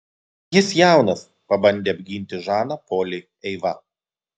jis jaunas pabandė apginti žaną polį eiva